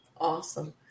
awesome